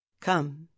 come